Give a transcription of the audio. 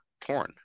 porn